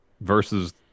versus